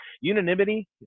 unanimity